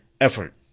effort